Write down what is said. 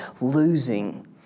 losing